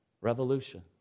revolution